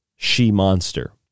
she-monster